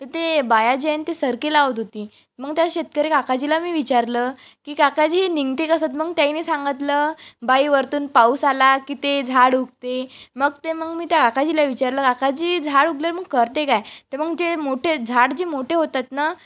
तर ते बाया जे आहे ना ते सरकी लावत होती मग त्या शेतकरी काकाजीला मी विचारलं की काकाजी हे निघती कसं मग त्यांनी सांगतलं बाई वरतून पाऊस आला की ते झाड उगते मग ते मग मी त्या काकाजीला विचारलं काकाजी झाड उगलं मग करते काय तर मग जे मोठे झाड जे मोठे होतात ना